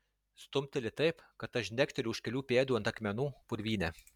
stumteli taip kad aš žnekteliu už kelių pėdų ant akmenų purvyne